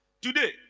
today